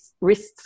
wrists